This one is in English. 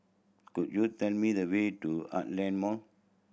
could you tell me the way to Heartland Mall